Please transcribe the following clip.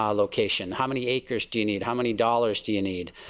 um location. how many acres do you need how many dollars do you need.